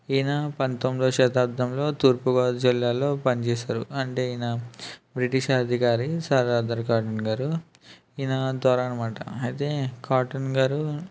ఈయన పంతొమ్మిదో శతాబ్దంలో తూర్పు గోదావరి జిల్లాలో పని చేశారు అంటే ఈయన బ్రిటిష్ అధికారి సార్ ఆర్థర్ కాటన్ గారు ఈయన దొర అనమాట అయితే కాటన్ గారు